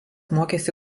mokėsi